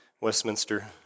Westminster